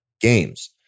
games